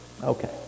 Okay